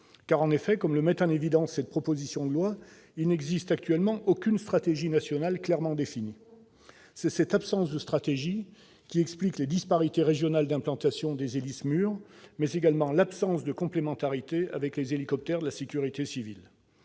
en évidence les auteurs de cette proposition de loi, il n'existe actuellement aucune stratégie nationale clairement définie. C'est cette absence de stratégie nationale qui explique les disparités régionales d'implantation des Héli-SMUR, mais également l'absence de complémentarité avec les hélicoptères de la sécurité civile.